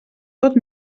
tot